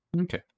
Okay